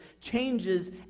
changes